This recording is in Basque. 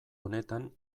honetan